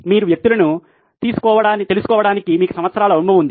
మీరు వ్యక్తులను తెలుసుకోవటానికి మీకు సంవత్సరాల అనుభవం ఉంది